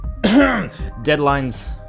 Deadlines